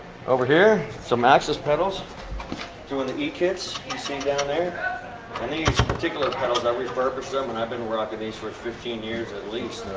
over here some access pedals doing the e kits you see and down there and these particular pedals that refurbished them and i've been rocking these for fifteen years at there